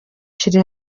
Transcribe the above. kiri